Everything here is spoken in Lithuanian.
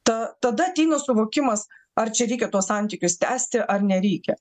ta tada ateina suvokimas ar čia reikia tuos santykius tęsti ar nereikia